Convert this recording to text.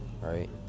Right